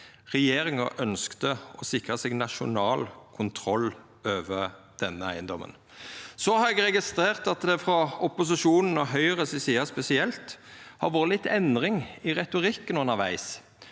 Regjeringa ønskte å sikra seg nasjonal kontroll over denne eigedomen. Så har eg registrert at det frå opposisjonen og spesielt frå Høgres side har vore litt endring i retorikken undervegs.